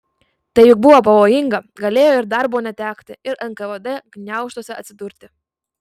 tai juk buvo pavojinga galėjo ir darbo netekti ir nkvd gniaužtuose atsidurti